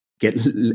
get